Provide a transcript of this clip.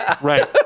Right